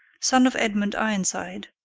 son of edmund ironside,